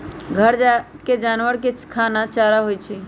घर के जानवर के खाना चारा होई छई